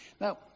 Now